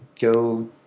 go